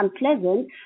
unpleasant